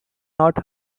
not